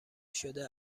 شده